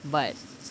but